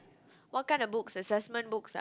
what kind of books assessment books ah